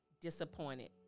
disappointed